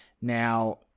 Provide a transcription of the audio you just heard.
Now